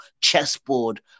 chessboard